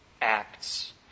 acts